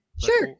Sure